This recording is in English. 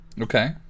Okay